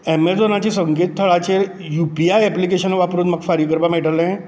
ऍमेझॉनाची संकेत थळारचेर U P I ऍप्लिकेशनां वापरून म्हाका फारीक करपाक मेळटलें